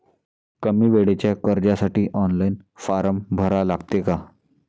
कमी वेळेच्या कर्जासाठी ऑनलाईन फारम भरा लागते का?